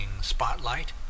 spotlight